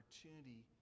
opportunity